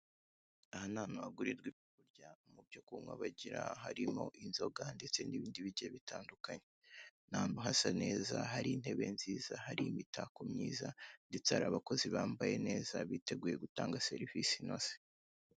Aha ni ahantu hagurirwa ibyo kurya, mu byo kunywa bagira harimo inzoga ndetse n'ibindi bigiye bitandukanye. Ni ahantu hasa neza, hari intebe nziza, hari imitako myiza, ndetse hari abakozi bambaye neza, biteguye gutanga serivise inoze.